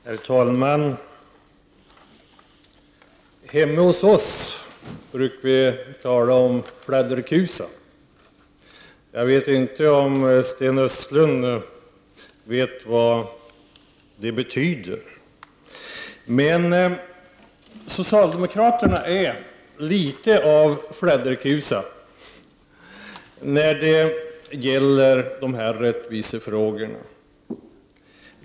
Herr talman! Hemma hos oss brukar vi tala om fladderkusar. Jag vet inte om Sten Östlund vet vad det betyder. Men socialdemokraterna är litet av fladderkusar när det gäller de här rättvisefrågorna.